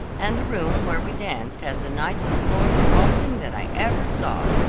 and the room where we danced has the nicest floor for waltzing that i ever saw.